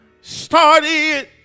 started